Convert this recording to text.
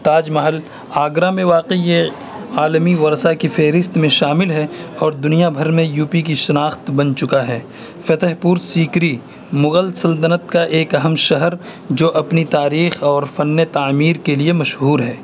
تاج محل آگرہ میں واقع یہ عالمی ورثہ کی فہرست میں شامل ہے اور دنیا بھر میں یو پی کی شناخت بن چکا ہے فتح پور سیکری مغل سلطنت کا ایک اہم شہر جو اپنی تاریخ اور فن تعمیر کے لیے مشہور ہے